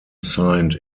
signed